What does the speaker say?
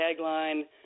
tagline –